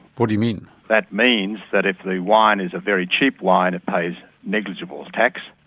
what do you mean? that means that if the wine is a very cheap wine it pays negligible tax,